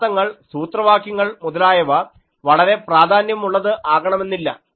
പദാർഥങ്ങൾ സൂത്രവാക്യങ്ങൾ മുതലായ വളരെ പ്രാധാന്യമുള്ളത് ആകണമെന്നില്ല